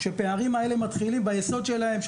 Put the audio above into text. הפערים האלה מתחילים ביסוד שלהם,